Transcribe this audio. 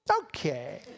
Okay